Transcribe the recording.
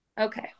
Okay